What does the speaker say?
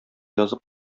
язып